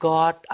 God